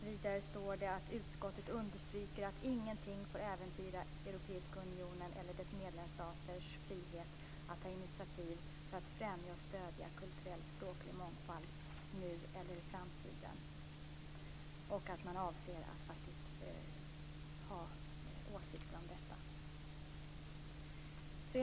Vidare står det: "Utskottet understryker att ingenting får äventyra Europeiska unionens eller dess medlemsstaters frihet att ta initiativ för att främja och stödja kulturell och språklig mångfald, nu eller i framtiden". Det framgår också att man avser att ha åsikter om detta.